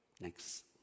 Next